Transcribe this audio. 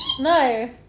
No